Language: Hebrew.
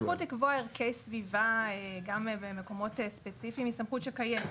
הסמכות לקבוע ערכי סביבה במקומות ספציפיים היא סמכות שקיימת.